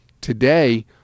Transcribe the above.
today